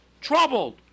Troubled